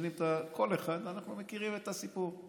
כל אחד, אנחנו מכירים את הסיפור.